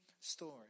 story